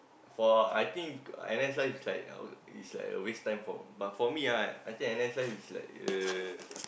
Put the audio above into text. for I think N_S life is like all is like a waste time but for me ah I think N_S life is like uh